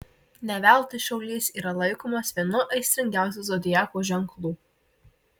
ne veltui šaulys yra laikomas vienu aistringiausių zodiako ženklų